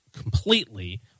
completely